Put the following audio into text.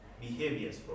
behaviors